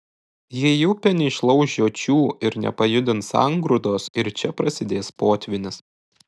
jei upė neišlauš žiočių ir nepajudins sangrūdos ir čia prasidės potvynis